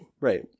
right